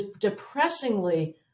depressingly